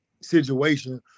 situation